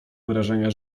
wyrażenia